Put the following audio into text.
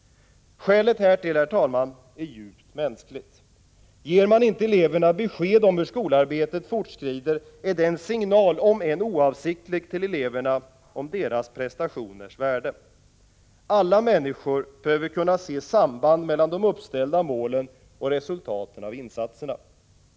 Skälet härtill, herr talman, är djupt mänskligt. Ger man inte eleverna besked om hur skolarbetet fortskrider är det en signal — om än oavsiktlig — till eleverna om deras prestationers värde. Alla människor behöver kunna se samband mellan de uppställda målen och resultaten av insatserna.